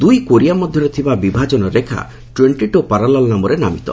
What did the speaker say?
ଦୁଇ କୋରିଆ ମଧ୍ୟରେ ଥିବା ବିଭାଜନ ରେଖା ଟ୍ୱେଶ୍ଚି ଟୁ ପାରାଲାଲ୍ ନାମରେ ନାମିତ